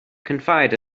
confide